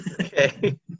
Okay